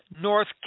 North